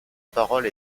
parole